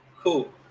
Cool